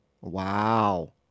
Wow